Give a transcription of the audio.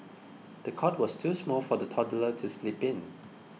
the cot was too small for the toddler to sleep in